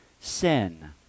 sin